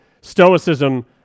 stoicism